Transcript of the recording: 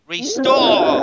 Restore